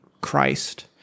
christ